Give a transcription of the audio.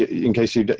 in case you,